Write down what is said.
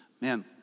man